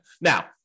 Now